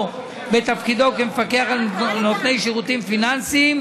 כמפקח על נותני שירותים פיננסיים.